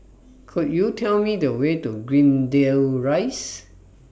Could YOU Tell Me The Way to Greendale Rise